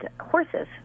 horses